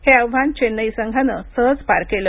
हे आव्हान चेन्नई संघानं सहज पर केलं